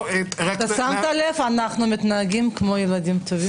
שמת לב, אנחנו מתנהגים כמו ילדים טובים.